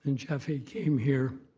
and jaffe came here